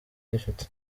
gifite